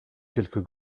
quelques